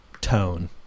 tone